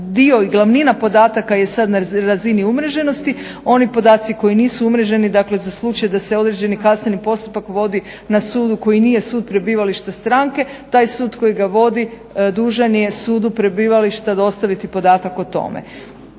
dio i glavnina podataka je sad na razini umreženosti, oni podaci koji nisu umreženi dakle za slučaj da se određeni kazneni postupak vodi na sudu koji nije sud prebivalište stranke taj sud koji ga vodi dužan je sudu prebivališta dostaviti podatak o tome.